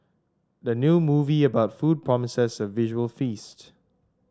the new movie about food promises a visual feast